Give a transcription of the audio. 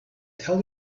tell